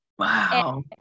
wow